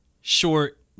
short